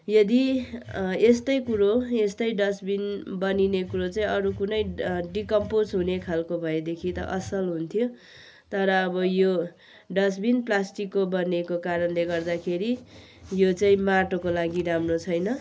यदि यस्तै कुरो यस्तै डस्टबिन बनिने कुरो चाहिँ अरू कुनै डिकम्पोस हुने खालको भएदेखि त असल हुन्थ्यो तर आबो यो डस्टबिन प्लास्टिकको बनेको कारणले गर्दाखेरि यो चाहिँ माटोको लागि राम्रो छैन